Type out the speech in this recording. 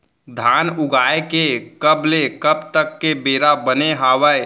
धान उगाए के कब ले कब तक के बेरा बने हावय?